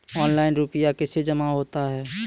Online रुपये कैसे जमा होता हैं?